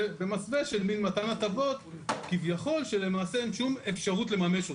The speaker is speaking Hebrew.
במסווה של מין מתן הטבות כביכול שלמעשה אין שום אפשרות לממש אותו.